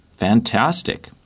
Fantastic